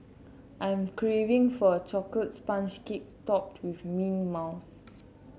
I'm craving for a chocolate sponge cake topped with mint mousse